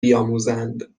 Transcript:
بیاموزند